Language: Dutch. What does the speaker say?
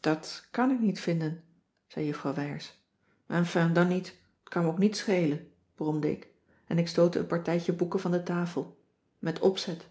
dat kan ik niet vinden zei juffrouw wijers enfin dan niet t kan me ook niets schelen bromde ik en ik stootte een partijtje boeken van de tafel met opzet